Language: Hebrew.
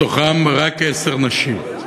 מתוכם רק עשר נשים.